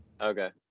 Okay